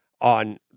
on